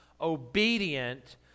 obedient